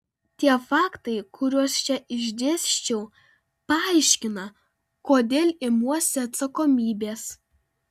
tie faktai kuriuos čia išdėsčiau paaiškina kodėl imuosi atsakomybės